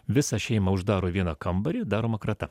visą šeimą uždaro į vieną kambarį daroma krata